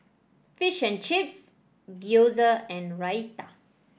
Fish and Chips Gyoza and Raita